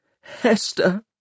Hester